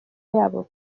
yabo